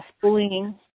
bullying